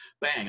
Bang